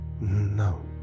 No